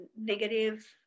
negative